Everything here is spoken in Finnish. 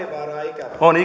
on